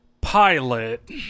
Pilot